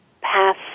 pass